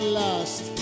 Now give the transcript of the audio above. lost